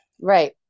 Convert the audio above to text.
right